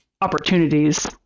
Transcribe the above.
opportunities